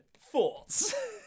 thoughts